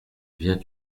viens